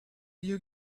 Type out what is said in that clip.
you